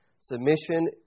Submission